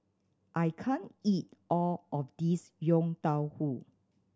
I can't eat all of this Yong Tau Foo